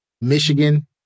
Michigan